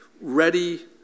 ready